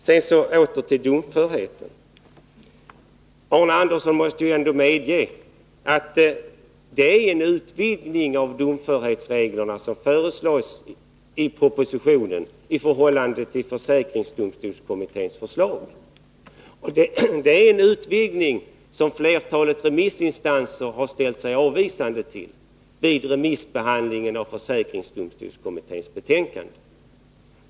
Sedan åter till domförheten: Arne Andersson måste ändå medge att propositionens förslag innebär en utvidgning av domförhetsreglerna i förhållande till försäkringsdomstolskommitténs förslag, och det är en utvidgning som flertalet remissinstanser — tunga remissinstanser — ställt sig avvisande till vid remissbehandlingen av försäkringsdomstolskommitténs betänkande.